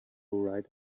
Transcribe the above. right